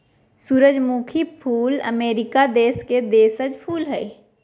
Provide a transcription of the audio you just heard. सूरजमुखी फूल अमरीका देश के देशज फूल हइ